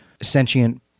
sentient